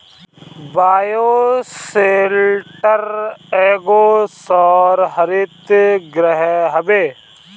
bioshelter एगो सौर हरितगृह हवे